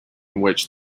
which